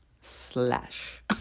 slash